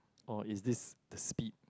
or is this the speed